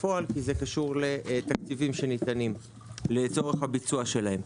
בפועל כי זה קשור לתקציבים שניתנים לצורך הביצוע.